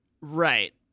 Right